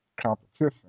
competition